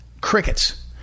Crickets